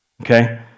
Okay